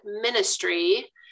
ministry